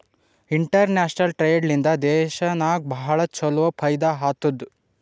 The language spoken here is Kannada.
ಇಂಟರ್ನ್ಯಾಷನಲ್ ಟ್ರೇಡ್ ಲಿಂದಾ ದೇಶನಾಗ್ ಭಾಳ ಛಲೋ ಫೈದಾ ಆತ್ತುದ್